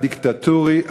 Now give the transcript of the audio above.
הדיקטטורי,